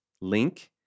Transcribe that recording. link